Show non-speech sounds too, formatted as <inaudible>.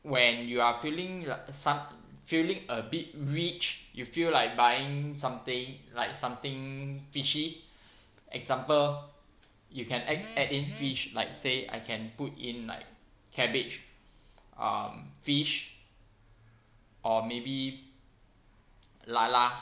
when you are feeling some feeling a bit rich you feel like buying something like something fishy <breath> example you can add add in fish like say I can put in like cabbage um fish or maybe lala